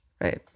right